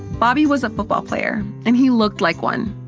bobby was a football player, and he looked like one.